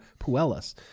Puelas